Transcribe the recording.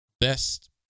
best